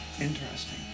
Interesting